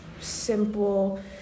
simple